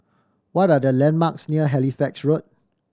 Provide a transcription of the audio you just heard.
what are the landmarks near Halifax Road